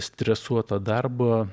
stresuotą darbą